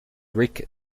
rick